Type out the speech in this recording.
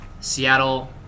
Seattle